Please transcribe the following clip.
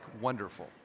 wonderful